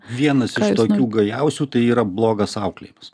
vienas iš tokių gajausių tai yra blogas auklėjimas